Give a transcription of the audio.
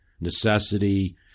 necessity